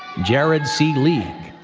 jared c. league,